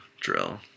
drill